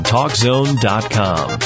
TalkZone.com